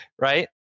right